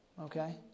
okay